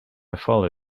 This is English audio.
follow